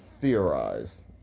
theorized